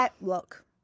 look